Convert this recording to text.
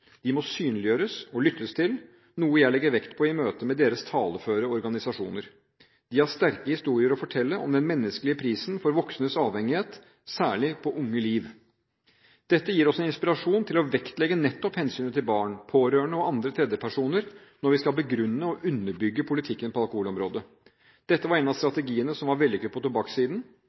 De må synliggjøres og lyttes til, noe jeg legger vekt på i møte med deres taleføre organisasjoner. De har sterke historier å fortelle om den menneskelige prisen for voksnes avhengighet, særlig på unge liv. Dette gir oss en inspirasjon til å vektlegge nettopp hensynet til barn, pårørende og andre tredjepersoner når vi skal begrunne og underbygge politikken på alkoholområdet. Dette var en av de strategiene som var vellykket på